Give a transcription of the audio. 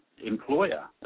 employer